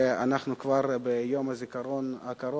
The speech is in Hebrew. ואנחנו כבר ביום הזיכרון הקרוב